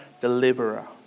Deliverer